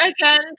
again